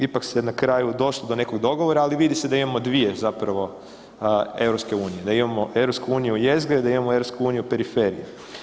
Ipak se na kraju došlo do nekog dogovora, ali vidi se da imamo 2 zapravo EU, da imamo EU jezgre i da imamo EU periferije.